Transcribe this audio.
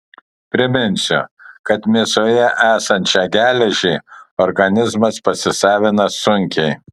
priminsiu kad mėsoje esančią geležį organizmas pasisavina sunkiai